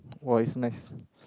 was its snacks